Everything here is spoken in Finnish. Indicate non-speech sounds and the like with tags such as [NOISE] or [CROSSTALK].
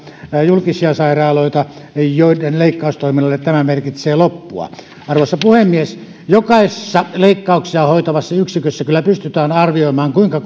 julkisia sairaaloita joiden leikkaustoiminnalle tämä merkitsee loppua arvoisa puhemies jokaisessa leikkauksia hoitavassa yksikössä pystytään kyllä arvioimaan kuinka [UNINTELLIGIBLE]